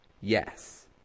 yes